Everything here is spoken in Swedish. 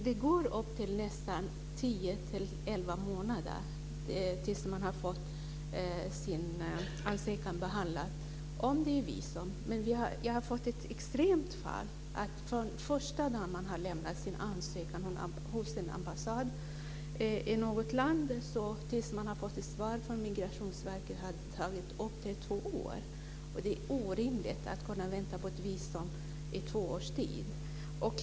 Det tar upp till tio elva månader att få sin ansökan behandlad ifall om visum. Jag har exempel på ett extremt fall. Från den dag man har lämnat in sin ansökan hos en ambassad i ett land tills man har fått ett svar från Migrationsverket har det tagit upp till två år. Det är orimligt att behöva vänta på ett visum i två års tid.